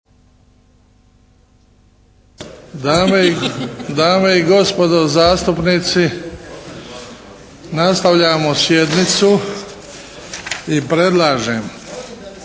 Dame i gospodo zastupnici nastavljamo sjednicu i predlažem